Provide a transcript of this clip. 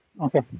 Okay